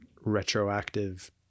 retroactive